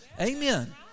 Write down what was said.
Amen